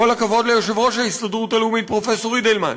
כל הכבוד ליושב-ראש ההסתדרות הרפואית פרופסור אידלמן.